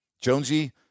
Jonesy